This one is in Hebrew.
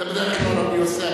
זה בדרך כלל אני עושה,